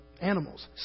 animals